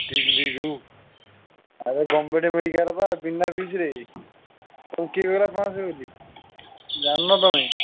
ଦିଲ୍ଲୀରୁ ଆରେ government medical ପା ବିନା ଫିସ୍ରେ ତମକୁ କିଏ କହିଲା ପାଞ୍ଚ ଶହ ବୋଲି ଜାଣିନ ତମେ